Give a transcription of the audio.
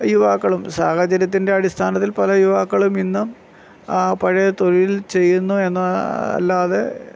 യുവാക്കളും സാഹചര്യത്തിൻ്റെ അടിസ്ഥാനത്തിൽ പല യുവാക്കളും ഇന്ന് ആ പഴയ തൊഴിൽ ചെയ്യുന്നു എന്നല്ലാതെ